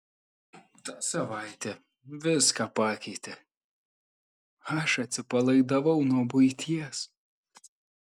ta savaitė viską pakeitė aš atsipalaidavau nuo buities